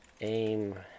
aim